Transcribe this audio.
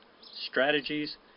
strategies